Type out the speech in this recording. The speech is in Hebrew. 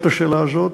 ששאלת את השאלה הזאת.